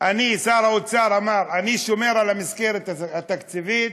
שר האוצר אמר, שומר על המסגרת התקציבית,